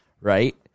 right